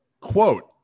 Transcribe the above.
quote